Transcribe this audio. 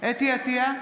חוה אתי עטייה,